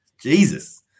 Jesus